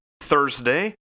Thursday